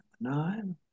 nine